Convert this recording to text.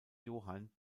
johann